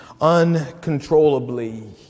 uncontrollably